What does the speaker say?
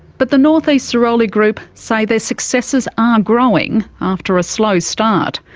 but the north-east sirolli group say their successes are growing after a slow start.